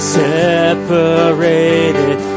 separated